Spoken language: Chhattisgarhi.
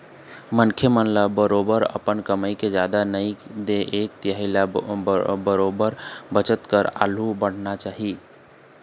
मनखे मन ल बरोबर अपन कमई के जादा नई ते एक तिहाई ल बरोबर बचत करत आघु बढ़ना चाही